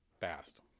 fast